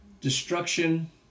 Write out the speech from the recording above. destruction